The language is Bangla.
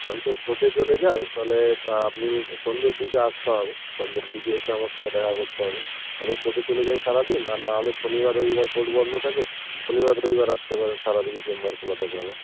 আমি তো কোর্টে চলে যাই তাহলে আপনি সন্ধ্যের দিকে আসতে হবে সন্ধ্যের দিকে এসে আমার সঙ্গে দেখা করতে হবে তো কোর্টে চলে যাই সারাদিন আর না হলে শনিবার রবিবার কোর্ট বন্ধ থাকে শনিবার রবিবার আসতে পারেন সারাদিনই চেম্বার খোলা থাকে আমার